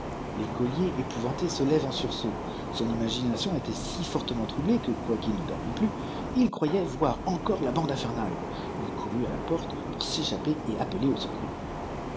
enfers l'écolier épouvanté se lève en sursaut son imagination était si fortement troublée que quoiqu'il ne dormît plus il croyait voir encore la bande infernale il courut à la porte pour s'échapper et appeler du secours